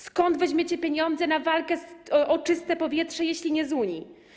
Skąd weźmiecie pieniądze na walkę o czyste powietrze, jeśli nie z Unii?